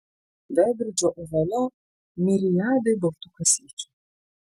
veidrodžio ovale miriadai baltų kasyčių